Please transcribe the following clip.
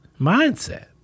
mindset